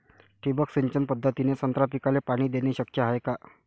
ठिबक सिंचन पद्धतीने संत्रा पिकाले पाणी देणे शक्य हाये का?